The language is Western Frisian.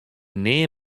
nea